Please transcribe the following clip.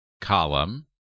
column